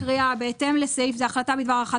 אני מקריאה: בהתאם לסעיף זה החלטה בדבר הארכת